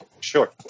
sure